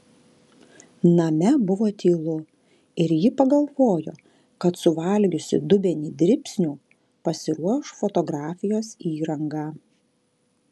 name buvo tylu ir ji pagalvojo kad suvalgiusi dubenį dribsnių pasiruoš fotografijos įrangą